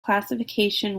classification